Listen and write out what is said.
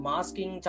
Masking